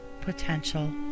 potential